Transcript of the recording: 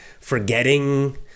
forgetting